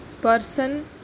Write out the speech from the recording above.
Person